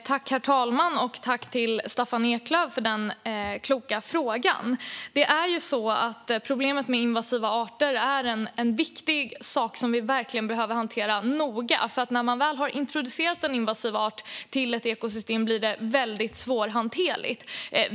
Herr talman! Tack till Staffan Eklöf för den kloka frågan! Problemet med invasiva arter är en viktig sak som vi verkligen behöver hantera noga, för när en invasiv art väl har introducerats i ett ekosystem blir det väldigt svårhanterligt.